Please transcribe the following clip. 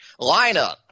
Lineup